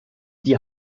die